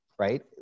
Right